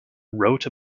wrote